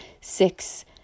six